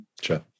Sure